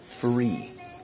free